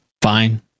fine